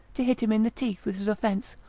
to hit him in the teeth with his offence,